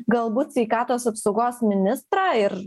galbūt sveikatos apsaugos ministrą ir